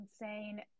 insane